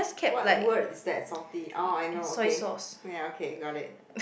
what word is that salty oh I know okay ya okay got it